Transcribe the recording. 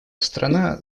страна